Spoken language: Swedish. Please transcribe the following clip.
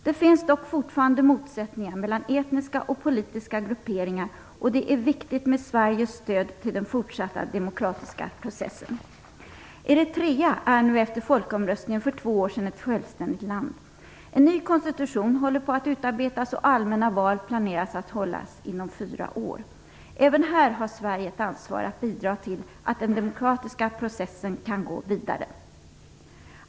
Det finns dock fortfarande motsättningar mellan etniska och politiska grupperingar, och det är viktigt med Sveriges stöd till den fortsatta demokratiska processen. Eritrea är nu efter folkomröstningen för två år sedan ett självständigt land. En ny konstitution håller på att utarbetas, och allmänna val planeras att hållas inom fyra år. Även här har Sverige ett ansvar att bidra till att den demokratiska processen kan gå vidare.